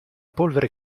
polvere